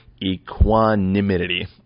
Equanimity